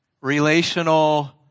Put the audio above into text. relational